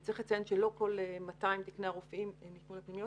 צריך לציין שלא כל 200 תקני הרופאים ניתנו לפנימיות.